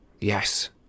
Yes